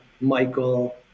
Michael